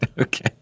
Okay